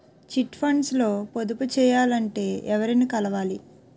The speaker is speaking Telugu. చిట్ ఫండ్స్ లో పొదుపు చేయాలంటే ఎవరిని కలవాలి?